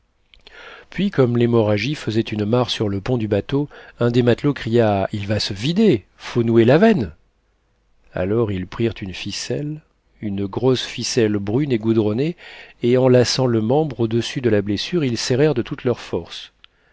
puis comme l'hémorragie faisait une mare sur le pont du bateau un des matelots cria il va se vider faut nouer la veine alors ils prirent une ficelle une grosse ficelle brune et goudronnée et enlaçant le membre au-dessus de la blessure ils serrèrent de toute leur force